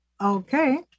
Okay